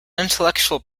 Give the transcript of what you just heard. intellectual